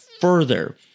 further